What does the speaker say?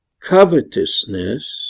covetousness